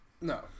No